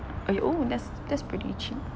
eh oh that's that's pretty cheap